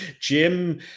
Jim